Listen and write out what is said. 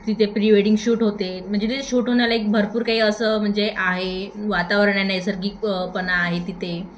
तिथे pre wedding shoot होते म्हणजे तिथे शूट होण्यालायक भरपूर काही असं म्हणजे आहे वातावरण आहे नैसर्गिक पणा आहे तिथे